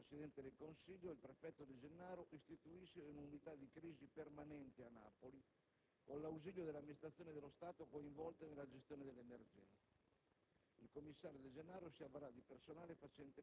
Con una nuova ordinanza firmata ieri dal Presidente del Consiglio, il prefetto De Gennaro istituisce un'unità di crisi permanente a Napoli con l'ausilio delle amministrazioni dello Stato coinvolte nella gestione dell'emergenza.